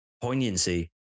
poignancy